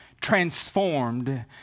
transformed